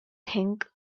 think